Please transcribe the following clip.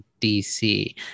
DC